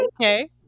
okay